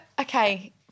okay